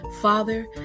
Father